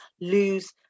lose